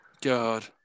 God